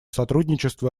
сотрудничеству